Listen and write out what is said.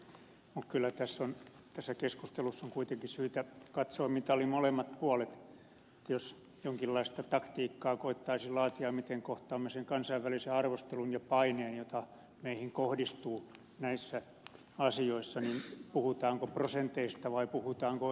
mutta kyllä tässä keskustelussa on kuitenkin syytä katsoa mitalin molemmat puolet jos jonkinlaista taktiikkaa koettaisi laatia miten kohtaamme sen kansainvälisen arvostelun ja paineen jota meihin kohdistuu näissä asioissa puhutaanko prosenteista vai puhutaanko euroista